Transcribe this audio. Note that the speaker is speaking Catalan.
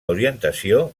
orientació